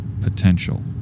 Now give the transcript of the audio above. potential